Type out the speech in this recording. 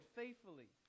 faithfully